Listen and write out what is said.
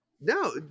no